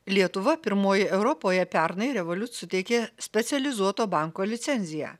lietuva pirmoji europoje pernai revoliut suteikė specializuoto banko licenciją